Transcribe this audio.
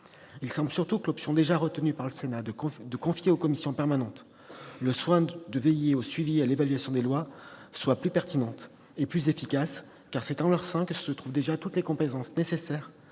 Il semble surtout que l'option déjà retenue par le Sénat de confier aux commissions permanentes le soin de veiller au suivi et à l'évaluation des lois soit plus pertinente et plus efficace. En effet, c'est en leur sein que se trouvent déjà toutes les compétences nécessaires